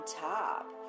top